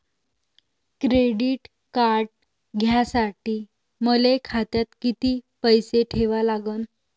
Credit card घ्यासाठी मले खात्यात किती पैसे ठेवा लागन?